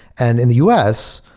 and in the u s,